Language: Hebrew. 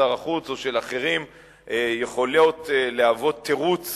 של שר החוץ או של אחרים יכולות להוות תירוץ